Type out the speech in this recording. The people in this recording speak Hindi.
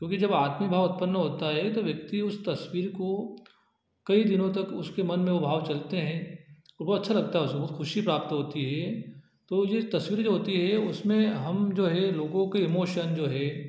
क्योंकि जब आत्मी भाव उत्पन्न होता है तो व्यक्ति उस तस्वीर को कई दिनों तक उसके मन में वह भाव चलते हैं वह अच्छा लगता है बहुत खुशी प्राप्त होती है तो वह जो तस्वीरें जो होती हैं उसमें हम जो है लोगो के इमोशन जो है